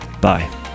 Bye